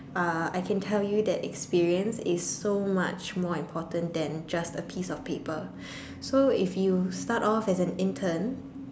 uh I can tell you that experience is so much more important than just a piece of paper so if you start off as an intern